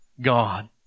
God